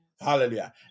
Hallelujah